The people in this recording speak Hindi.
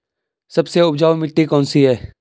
सबसे उपजाऊ मिट्टी कौन सी है?